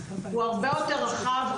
הוא הרבה יותר רחב,